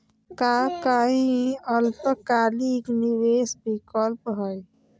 का काई अल्पकालिक निवेस विकल्प हई?